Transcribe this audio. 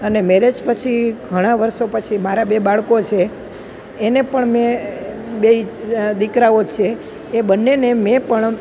અને મેરેજ પછી ઘણાં વર્ષો પછી મારા બે બાળકો છે એને પણ મેં બેય દીકરાઓ છે એ બંનેને મેં પણ